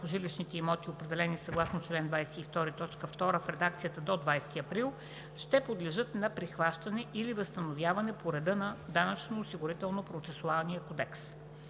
жилищните имоти, определен съгласно чл. 22, т. 2 в редакцията до 20 април 2019 г., ще подлежат на прихващане или възстановяване по реда на Данъчно-осигурителния процесуален кодекс.